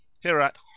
Hereat